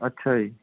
ਅੱਛਾ ਜੀ